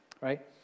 right